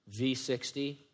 V60